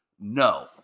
No